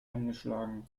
angeschlagen